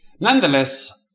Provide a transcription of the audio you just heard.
Nonetheless